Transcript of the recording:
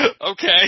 Okay